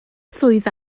swydd